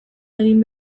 egin